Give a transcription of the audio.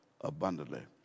abundantly